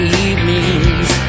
evenings